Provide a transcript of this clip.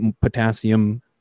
potassium